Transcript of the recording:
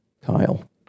Kyle